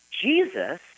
Jesus